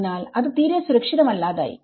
അതിനാൽ അത് തീരെ സുരക്ഷിതമല്ലാതായി